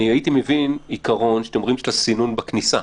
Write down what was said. אני הייתי מבין עיקרון של הסינון בכניסה.